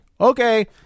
Okay